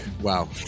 wow